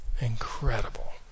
Incredible